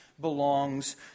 belongs